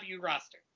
roster